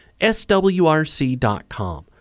swrc.com